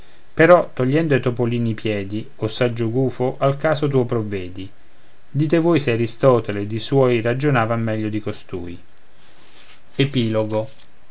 però togliendo ai topolini i piedi o saggio gufo al caso tuo provvedi dite voi se aristotele ed i sui ragionavano meglio di costui